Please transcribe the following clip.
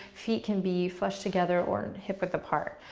feet can be flushed together or hip width apart.